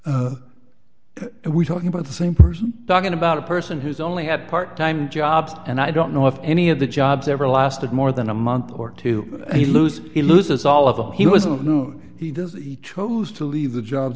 and we're talking about the same person talking about a person who's only had part time jobs and i don't know if any of the jobs ever lasted more than a month or two he lose he loses all of them he wasn't known he does he chose to leave the jobs